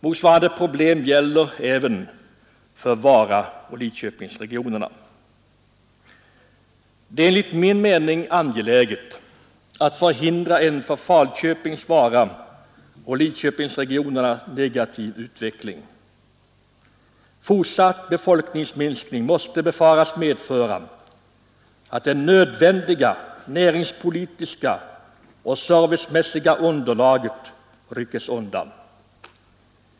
Motsvarande problem gäller även för Varaoch Lidköpingsregionerna. Det är enligt min mening angeläget att förhindra en för Falköpings-, Varaoch Lidköpingsregionerna negativ utveckling. Fortsatt befolkningsminskning måste befaras medföra att det nödvändiga näringspolitiska och servicemässiga underlaget ryckes undan.